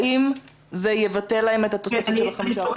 האם זה יבטל להם את התוספת של 5%?